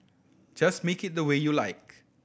just make it the way you like